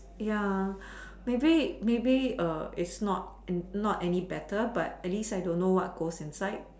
ya maybe maybe it's not not any better at least I don't what goes inside